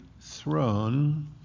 throne